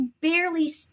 barely